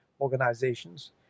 organizations